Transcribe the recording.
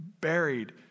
buried